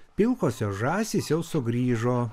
pilkosios žąsys jau sugrįžo